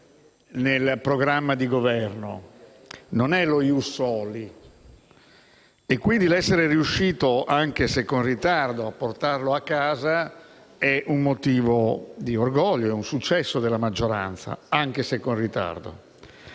nel programma di Governo, non è lo *ius soli*, quindi essere riusciti, anche se con ritardo, a portarlo a casa è un motivo di orgoglio, un successo della maggioranza. Nel merito